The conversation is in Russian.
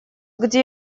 где